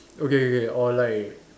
okay okay or like